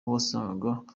wasangaga